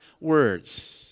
words